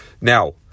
Now